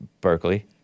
Berkeley